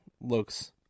looks